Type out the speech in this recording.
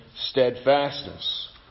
steadfastness